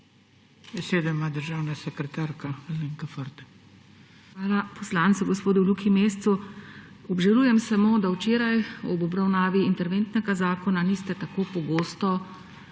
Besedo ima državna sekretarka Alenka Forte. ALENKA FORTE: Hvala. Poslancu gospodu Luki Mescu. Obžalujem samo, da včeraj ob obravnavi interventnega zakona niste tako pogosto